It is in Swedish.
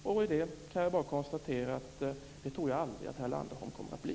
På den punkten kan jag bara konstatera att det tror jag aldrig att herr Landerholm kommer att bli.